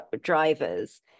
drivers